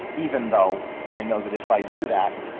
even though i know that if i do that,